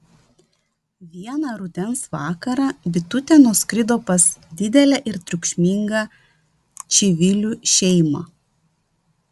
vieną rudens vakarą bitutė nuskrido pas didelę ir triukšmingą čivilių šeimą